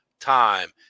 time